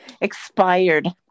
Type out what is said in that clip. expired